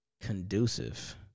conducive